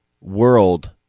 world